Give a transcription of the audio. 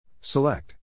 Select